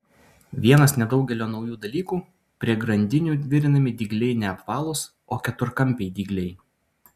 vienas nedaugelio naujų dalykų prie grandinių virinami dygliai ne apvalūs o keturkampiai dygliai